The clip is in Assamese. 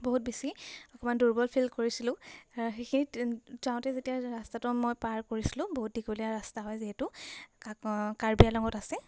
বহুত বেছি অকণমান দুৰ্বল ফিল কৰিছিলোঁ আৰু সেইখিনি যাওঁতে যেতিয়া ৰাস্তাটো মই পাৰ কৰিছিলোঁ বহুত দীঘলীয়া ৰাস্তা হয় যিহেতু কাৰ্বি আংলঙত আছে